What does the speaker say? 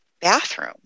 bathroom